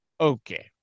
Okay